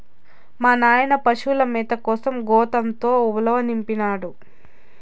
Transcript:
మా నాయన పశుల మేత కోసం గోతంతో ఉలవనిపినాడు